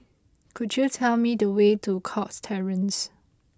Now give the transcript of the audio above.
could you tell me the way to Cox Terrace